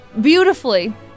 Beautifully